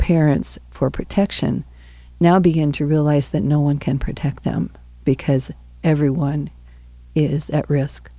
parents for protection now begin to realize that no one can protect them because everyone is at risk